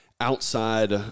outside